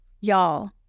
Y'all